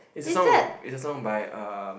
it's a song it's a song by um